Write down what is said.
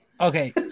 Okay